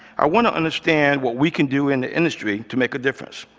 i want to understand what we can do in the industry to make a difference,